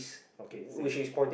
okay same